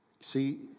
See